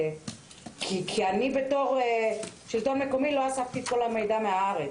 כי אני בתור שלטון מקומי לא אספתי את כל המידע מהארץ.